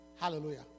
Hallelujah